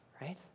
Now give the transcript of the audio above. right